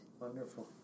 Wonderful